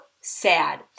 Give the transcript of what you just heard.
sad